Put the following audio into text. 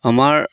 আমাৰ